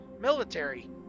military